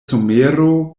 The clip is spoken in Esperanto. somero